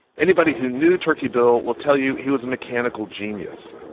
anybody who knew turkey bill will tell you he was a mechanical genius,